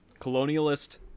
Colonialist